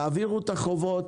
יעבירו את החובות,